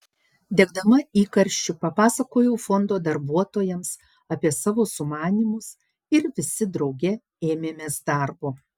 degdama įkarščiu papasakojau fondo darbuotojams apie savo sumanymus ir visi drauge ėmėmės darbo